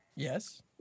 Yes